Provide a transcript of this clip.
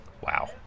Wow